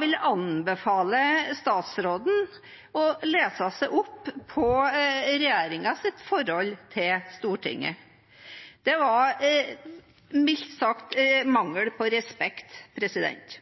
vil jeg anbefale statsråden å lese seg opp på regjeringens forhold til Stortinget. Det var mildt sagt mangel på respekt.